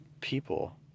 people